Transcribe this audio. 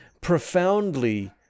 profoundly